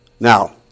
Now